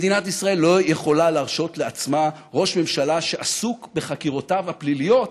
מדינת ישראל לא יכולה להרשות לעצמה ראש ממשלה שעסוק בחקירותיו הפליליות